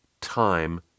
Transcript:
time